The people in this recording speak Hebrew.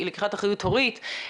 לקיחת אחריות הורית,